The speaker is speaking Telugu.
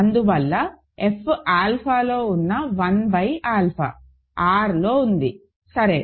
అందువల్ల F ఆల్ఫాలో ఉన్న 1 బై ఆల్ఫా R లో ఉంది సరే